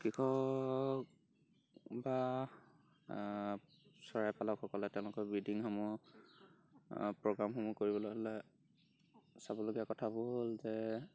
কৃষক বা চৰাইপালকসকলে তেওঁলোকৰ ব্ৰিডিংসমূহ প্ৰগামসমূহ কৰিবলৈ হ'লে চাবলগীয়া কথাবোৰ হ'ল যে